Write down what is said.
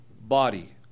body